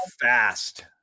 fast